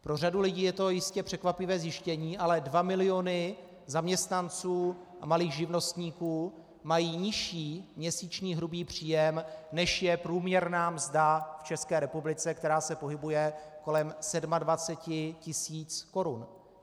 Pro řadu lidí je to jistě překvapivé zjištění, ale 2 miliony zaměstnanců a malých živnostníků mají nižší měsíční hrubý příjem, než je průměrná mzda v České republice, která se pohybuje kolem 27 tisíc korun.